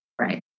Right